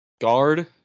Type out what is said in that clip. Guard